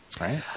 right